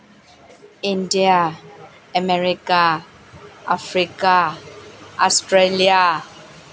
India America Africa Australia